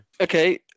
Okay